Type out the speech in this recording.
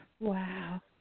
Wow